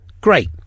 Great